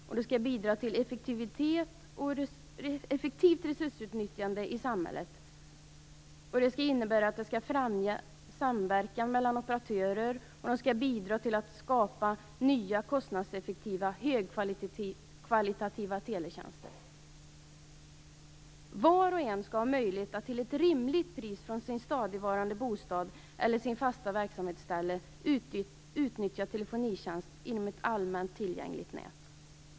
De skall också bidra till ett effektivt resursutnyttjande i samhället, främja samverkan mellan operatörer och bidra till att skapa nya, kostnadseffektiva och högkvalitativa teletjänster. Var och en skall ha möjlighet att till ett rimligt pris, från sin stadigvarande bostad eller sitt fasta verksamhetsställe, utnyttja telefonitjänst inom ett allmänt tillgängligt nät.